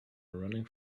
running